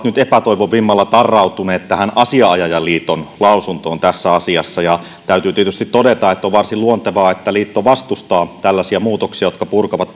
nyt epätoivon vimmalla tarrautuneet tähän asianajajaliiton lausuntoon tässä asiassa täytyy tietysti todeta että on varsin luontevaa että liitto vastustaa tällaisia muutoksia jotka purkavat